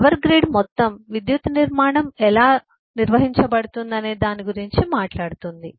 power grid మొత్తం విద్యుత్ నిర్మాణం ఎలా నిర్వహించబడుతుందనే దాని గురించి మాట్లాడుతుంది